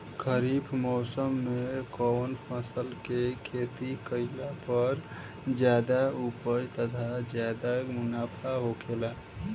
खरीफ़ मौसम में कउन फसल के खेती कइला पर ज्यादा उपज तथा ज्यादा मुनाफा होखेला?